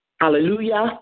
Hallelujah